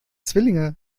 zwillinge